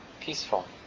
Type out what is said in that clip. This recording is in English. peaceful